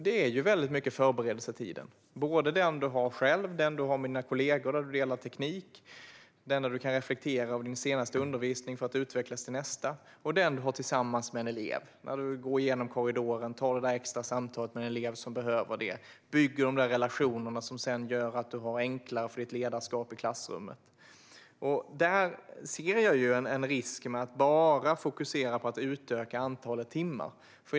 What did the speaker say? Det är mycket fråga om förberedelsetiden - den du har själv, den du har med kollegor, den där du delar teknik, den där du kan reflektera över undervisningen för att utvecklas, den du har tillsammans med en elev, till exempel i korridoren under ett samtal med en elev, och den du har för att bygga de relationer som gör att det är enklare att utöva ett ledarskap i klassrummet. Jag ser en risk med att bara fokusera på att utöka antalet timmar.